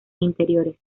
interiores